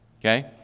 Okay